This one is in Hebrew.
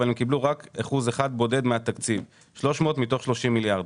אבל הם קיבלו רק אחוז אחד בודד מהתקציב 300 מיליון מתוך 30 מיליארד.